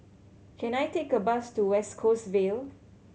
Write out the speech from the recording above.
can I take a bus to West Coast Vale